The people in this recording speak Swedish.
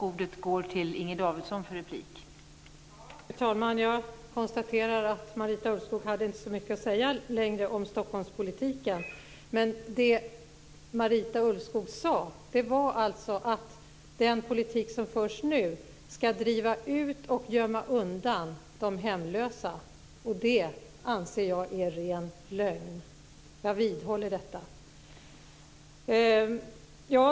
Fru talman! Jag konstaterar att Marita Ulvskog inte längre hade så mycket att säga om Stockholmspolitiken. Men det Marita Ulvskog sade var alltså att den politik som nu förs ska driva ut och gömma undan de hemlösa. Det anser jag är ren lögn. Jag vidhåller detta.